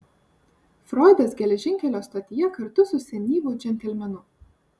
froidas geležinkelio stotyje kartu su senyvu džentelmenu